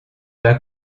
bas